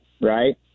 right